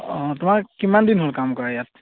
অঁ তোমাৰ কিমান দিন হ'ল কাম কৰা ইয়াত